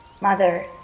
Mother